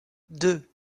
deux